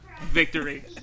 Victory